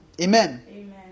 Amen